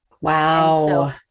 wow